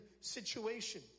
situation